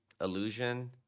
illusion